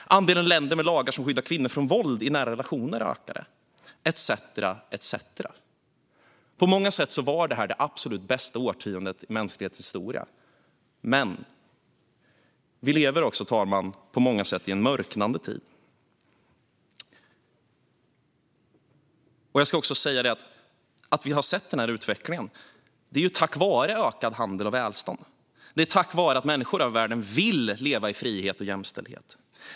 Andelen länder med lagar som skyddar kvinnor från våld i nära relationer ökade etcetera. På många sätt var detta det absolut bästa årtiondet i mänsklighetens historia. Att vi har sett den här utvecklingen är tack vare ökad handel och välstånd. Det är tack vare att människor över världen vill leva i frihet och jämställdhet.